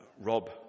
Rob